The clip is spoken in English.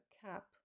cap